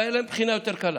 והייתה להם בחינה יותר קלה.